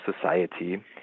society